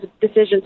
decisions